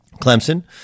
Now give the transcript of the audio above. Clemson